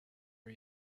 are